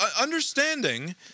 understanding